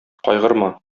кайгырма